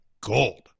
gold